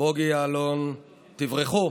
בוגי יעלון, תברחו.